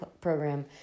program